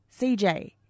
CJ